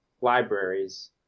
libraries